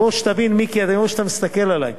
שתבין, מיקי, אני רואה שאתה מסתכל עלי: